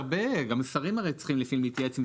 גם שרים הרי צריכים לפעמים להתייעץ עם